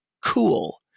cool